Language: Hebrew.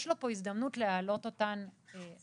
יש לו כאן את ההזדמנות להעלות אותן עכשיו.